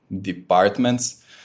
departments